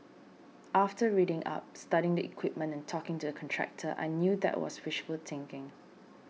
after reading up studying the equipment and talking to the contractor I knew that was wishful thinking